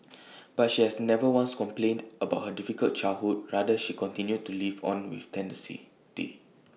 but she has never once complained about her difficult childhood rather she continued to live on with tenacity